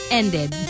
ended